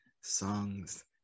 songs